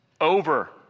Over